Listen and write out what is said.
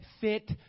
fit